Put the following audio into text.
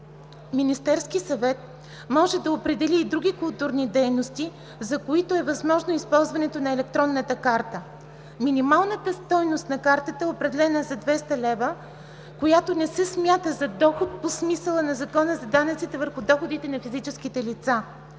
Министерският съвет може да определи и други културни дейности, за които е възможно използването на електронната карта. Минималната стойност на картата е определена на 200 лв., която не се смята за доход по смисъла на Закона за данъците върху доходите на физическите лица.